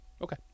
Okay